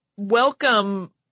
Welcome